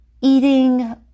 eating